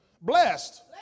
Blessed